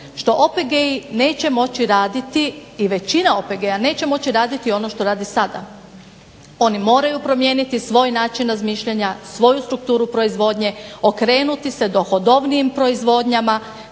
što OPG-i neće moći raditi i većina OPG-a neće moći raditi ono što radi sada. Oni moraju promijeniti svoj način razmišljanja, svoju strukturu proizvodnje, okrenuti dohodovnijim proizvodnjama